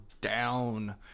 down